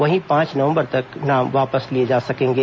वहीं पांच नवम्बर तक नाम वापस लिए जा सकेंगे